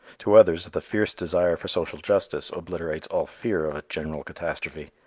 to others the fierce desire for social justice obliterates all fear of a general catastrophe.